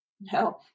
No